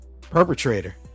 perpetrator